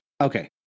Okay